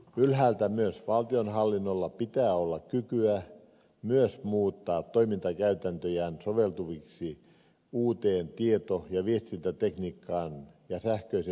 yhtäältä myös valtionhallinnolla pitää olla kykyä muuttaa toimintakäytäntöjään soveltuviksi uuteen tieto ja viestintätekniikkaan ja sähköiseen asiointiin